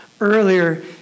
earlier